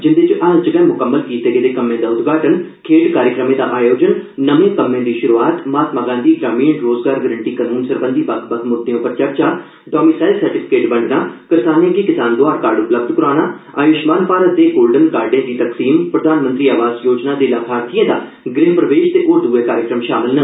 जिंदे च हाल चे गै मुकमल कीते गेदे कम्में दा उद्घाटन खेड कार्यक्रमें दा आयोजन नमें कम्में दी शुरूआत महात्मा गांधी ग्रामीण रोजगार गैरंटी कनून सरबंधी बक्ख बक्ख मुद्दे पर चर्चा डोमिसाईल सर्टिफिकेट बंडना करसानें गी कसान दोआर कार्ड उपलब्ध कराना आयूष्माण भारंत दे गोल्डन कार्डे दी तकसीम प्रधानमंत्री आवास योजना दे लाभार्थिएं दा गृह प्रवेश ते होर दुए कार्यक्रम शामल न